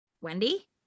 Wendy